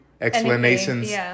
Explanations